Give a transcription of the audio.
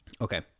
Okay